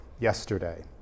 yesterday